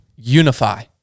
Unify